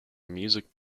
music